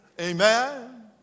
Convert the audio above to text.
Amen